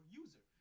user